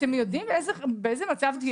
אתם יודעים באיזה מצב תהיה המדינה?